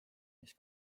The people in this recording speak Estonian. mis